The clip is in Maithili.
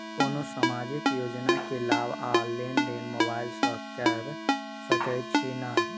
कोनो सामाजिक योजना केँ लाभ आ लेनदेन मोबाइल सँ कैर सकै छिःना?